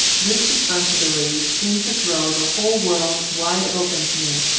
this responsibility seemed to throw the whole world wide open to me.